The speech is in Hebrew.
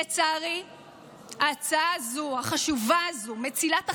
לצערי ההצעה החשובה הזו, מצילת החיים,